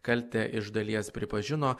kaltę iš dalies pripažino